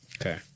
Okay